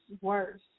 worse